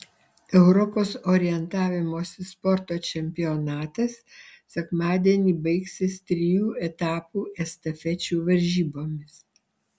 europos orientavimosi sporto čempionatas sekmadienį baigsis trijų etapų estafečių varžybomis